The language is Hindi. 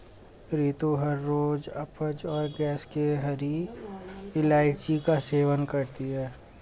रितु हर रोज अपच और गैस के लिए हरी इलायची का सेवन करती है